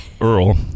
earl